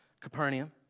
Capernaum